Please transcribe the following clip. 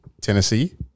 Tennessee